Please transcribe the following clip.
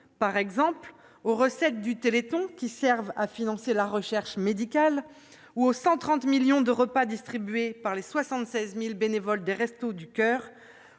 par exemple aux recettes du Téléthon qui servent à financer la recherche, aux 130 millions de repas distribués par les 76 000 bénévoles des Restos du Coeur,